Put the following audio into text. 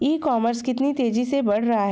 ई commerce कितनी तेजी से बढ़ रहा है?